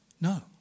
No